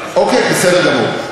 אוקיי, בסדר גמור.